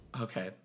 Okay